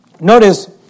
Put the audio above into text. Notice